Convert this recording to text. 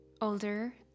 older